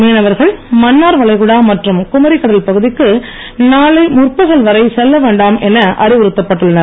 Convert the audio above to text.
மீனவர்கள் மன்னார் வளைகுடா மற்றும் குமரிக் கடல் பகுதிக்கு நாளை முற்பகல் வரை செல்ல வேண்டாம் அறிவுறுத்தப்பட்டுள்ளனர்